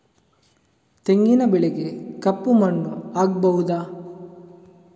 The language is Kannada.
ತೆಂಗಿನ ಬೆಳೆಗೆ ಕಪ್ಪು ಮಣ್ಣು ಆಗ್ಬಹುದಾ?